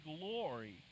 glory